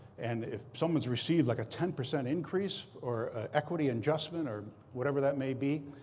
and if someone's received, like, a ten percent increase or a equity adjustment or whatever that may be,